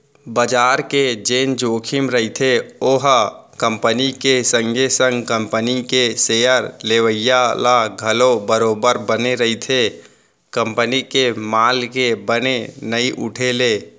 बजार के जेन जोखिम रहिथे ओहा कंपनी के संगे संग कंपनी के सेयर लेवइया ल घलौ बरोबर बने रहिथे कंपनी के माल के बने नइ उठे ले